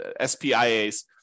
SPIAs